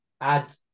add